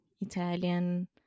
Italian